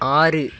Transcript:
ஆறு